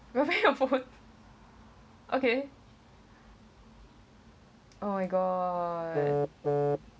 your phone okay oh my god